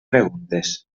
preguntes